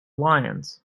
lions